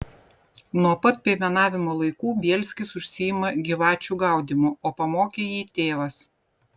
nuo pat piemenavimo laikų bielskis užsiima gyvačių gaudymu o pamokė jį tėvas